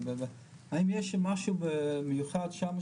האם יש משהו מיוחד שמה,